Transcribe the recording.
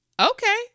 Okay